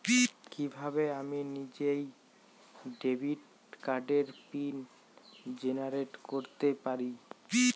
কিভাবে আমি নিজেই ডেবিট কার্ডের পিন জেনারেট করতে পারি?